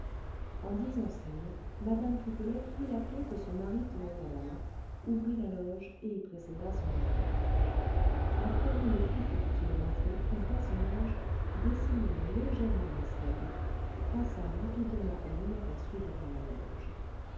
en disant ces mots mme pipelet prit la clef que son mari tenait à la main ouvrit la loge et y précéda son mari à peine le couple était-il rentré qu'un personnage descendant légèrement l'escalier passa rapidement et inaperçu devant la loge